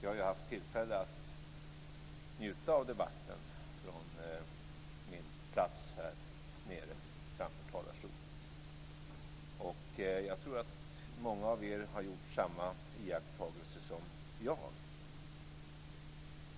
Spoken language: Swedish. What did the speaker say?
Jag har ju haft tillfälle att njuta av debatten från min plats här nere framför talarstolen, och jag tror att många av er har gjort samma iakttagelse som jag.